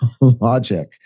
logic